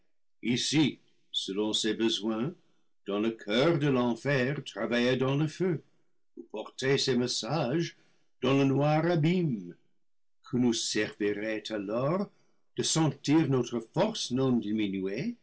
ici selon ses besoins dans le coeur de l'en fer travailler dans le feu ou porter ses messages dans le noir abîme que nous servirait alors de sentir notre force non